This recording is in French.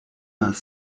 vingt